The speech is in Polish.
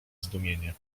zdumienie